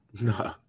No